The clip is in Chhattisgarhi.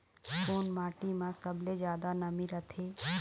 कोन माटी म सबले जादा नमी रथे?